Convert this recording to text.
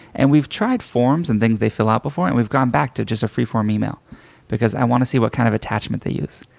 and we've tried forms and things they fill out before, and we've gone back to just a freeform email because i want to see what kind of attachment they use.